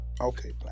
Okay